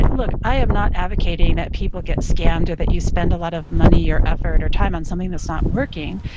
look, i am not advocating that people get scammed or that you spend a lot of money or effort or time on something that's not working.